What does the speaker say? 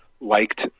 liked